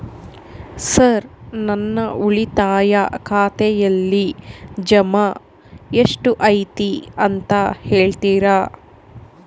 Sir ನನ್ನ ಉಳಿತಾಯ ಖಾತೆಯಲ್ಲಿ ಜಮಾ ಎಷ್ಟು ಐತಿ ಅಂತ ಹೇಳ್ತೇರಾ?